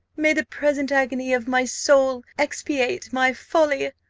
may the present agony of my soul expiate my folly!